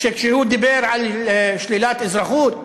שכשהוא דיבר על שלילת אזרחות: